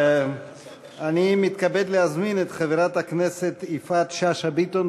אני מתכבד להזמין את חברת הכנסת יפעת שאשא ביטון,